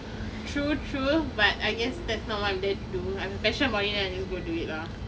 true true but I guess that's not what I'm there to do I have a passion for it then I'm just gonna do it lah